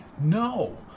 No